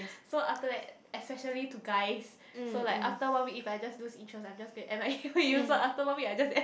so after that especially to guys so like after one week if I just lose interest I'm going to M_I_A so after one week I just